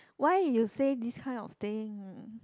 why you say this kind of thing